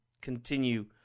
continue